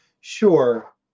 Sure